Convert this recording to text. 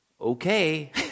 okay